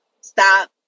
stop